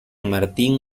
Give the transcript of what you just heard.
martín